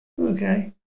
Okay